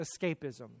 escapism